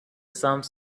some